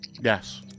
Yes